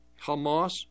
Hamas